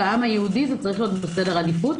כעם היהודי, זה צריך להיות בסדר העדיפות.